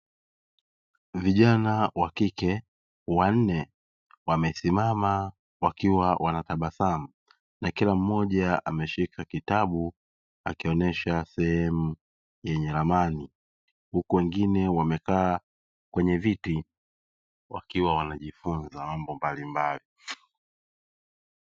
Vijana wakike wanne wamesimama wakiwa wanatabasamu nakila mmoja ameshika kitabu akionyesa sehemu yenye ramani, huku wengine wamekaa kwenye viti wakiwa wanajifunza mambo mbalimbali.